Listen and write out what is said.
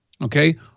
okay